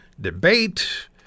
debate